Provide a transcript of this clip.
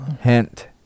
Hint